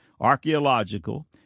archaeological